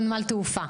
גם נמל תעופה.